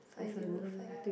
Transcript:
five zero five